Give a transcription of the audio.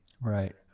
Right